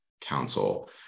Council